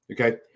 Okay